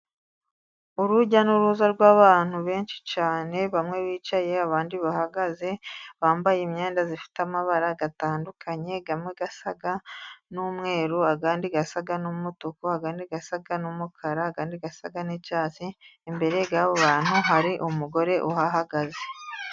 Urujya n'uruza rw'abantu benshi cyane bamwe bicaye abandi bahagaze bambaye imyenda ifite amabara atandukanye imwe isa n'umweru, indi isa n'umutuku, indi isa n'umukara, indi isa n'icyatsi. Imbere yabo bantu hari umugore uhahagaze.